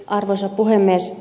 arvoisa puhemies